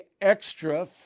extra